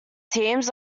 teams